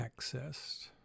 accessed